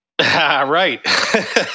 Right